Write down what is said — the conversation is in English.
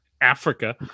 Africa